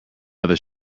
other